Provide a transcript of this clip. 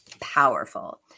powerful